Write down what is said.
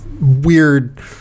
weird